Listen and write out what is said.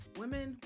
women